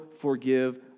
forgive